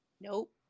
Nope